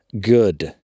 good